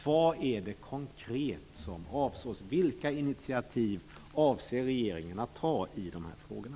Vad är det konkret som avses? Vilka initiativ avser regeringen att ta i de här frågorna?